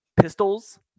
pistols